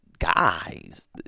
Guys